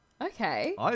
Okay